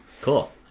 Cool